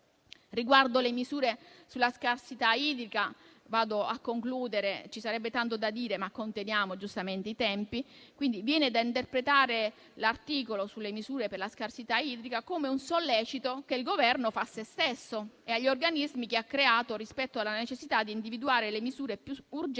Riguardo alle misure sulla scarsità idrica - vado a concludere - ci sarebbe tanto da dire, ma conteniamo giustamente i tempi. Viene da interpretare l'articolo sulle misure per la scarsità idrica come un sollecito che il Governo fa a se stesso e agli organismi che ha creato rispetto alla necessità di individuare le misure più urgenti